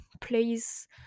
place